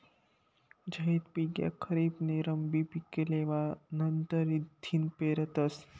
झैद पिक ह्या खरीप नी रब्बी पिके लेवा नंतरथिन पेरतस